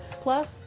Plus